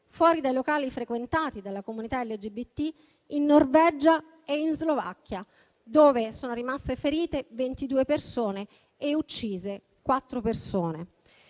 fuori dai locali frequentati dalla comunità LGBT, in Norvegia e in Slovacchia, dove sono rimaste ferite 22 persone e uccise 4 persone.